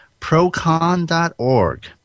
ProCon.org